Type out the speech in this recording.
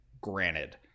granted